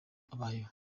abayeho